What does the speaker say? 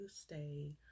stay